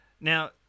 now